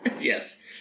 Yes